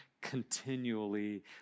continually